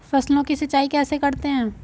फसलों की सिंचाई कैसे करते हैं?